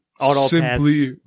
Simply